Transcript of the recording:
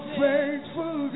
faithful